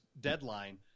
deadline